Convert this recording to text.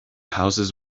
houses